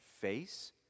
face